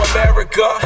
America